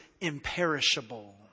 imperishable